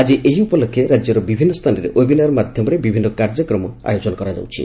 ଆଜି ଏହି ଉପଲକ୍ଷେ ରାଜ୍ୟର ବିଭିନ୍ଦ ସ୍ଥାନରେ ଓ୍ୱେବିନାର ମାଧ୍ଘମରେ ବିଭିନ୍ଦ କାର୍ଯ୍ୟକ୍ରମ ଆୟୋଜନ କରାଯାଉଛି